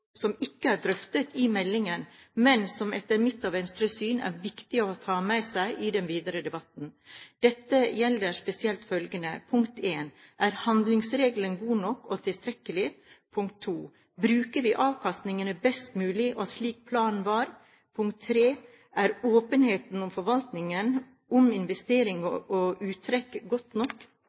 ikke er drøftet i meldingen, men som det etter mitt og Venstres syn er viktig å ta med seg i den videre debatten. Dette gjelder spesielt følgende: Er handlingsregelen god nok og tilstrekkelig? Bruker vi avkastningene best mulig og slik planen var? Er åpenheten om forvaltningen, om investeringer og uttrekk, god nok?